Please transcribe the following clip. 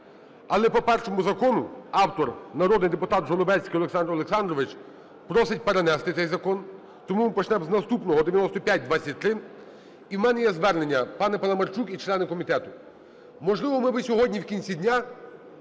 Але по першому закону автор - народний депутат Жолобецький Олександр Олександрович просить перенести цей закон, тому ми почнемо з наступного - 9523. І в мене є звернення, пане Паламарчук і члени комітету, можливо, ми б сьогодні в кінці дня